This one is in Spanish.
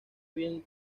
bien